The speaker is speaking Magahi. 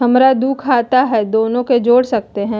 हमरा दू खाता हय, दोनो के जोड़ सकते है?